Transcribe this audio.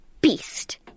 beast